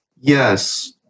Yes